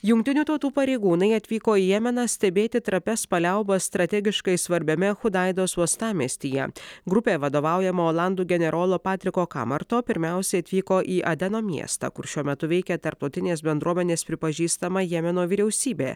jungtinių tautų pareigūnai atvyko į jemeną stebėti trapias paliaubas strategiškai svarbiame chudaidos uostamiestyje grupė vadovaujama olandų generolo patriko kamarto pirmiausiai atvyko į adeno miestą kur šiuo metu veikia tarptautinės bendruomenės pripažįstama jemeno vyriausybė